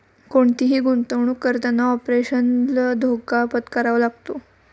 कोणतीही गुंतवणुक करताना ऑपरेशनल धोका पत्करावा लागतो